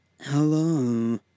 hello